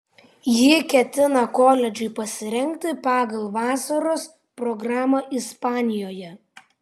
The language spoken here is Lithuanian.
ji ketina koledžui pasirengti pagal vasaros programą ispanijoje